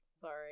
Sorry